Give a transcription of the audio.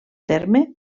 terme